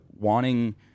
wanting